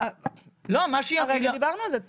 הרגע דיברנו על זה.